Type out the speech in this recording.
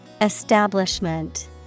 Establishment